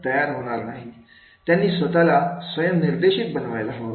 त्यांनी स्वतःला स्वयं निर्देशित बनवायला हवं